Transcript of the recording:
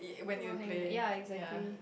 about hangman yea exactly